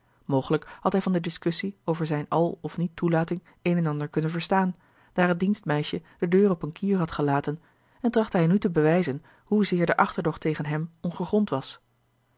mogelijk had hij van de discussie over zijne àl of niet toelating een en ander kunnen verstaan daar het dienstmeisje de deur op een kier had gelaten en trachtte hij nu te bewijzen hoezeer de achterdocht tegen hem ongegrond was